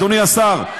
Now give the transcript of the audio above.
אדוני השר,